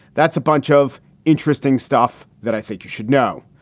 that's a bunch of interesting stuff that i think you should know.